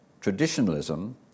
traditionalism